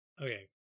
Okay